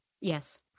Yes